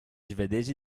svedesi